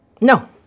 No